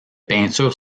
peintures